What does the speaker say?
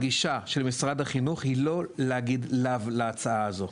הגישה של משרד החינוך היא לא להגיד --- להצעה הזאת,